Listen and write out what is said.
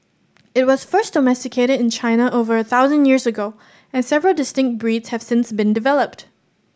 it was first domesticated in China over a thousand years ago and several distinct breeds have since been developed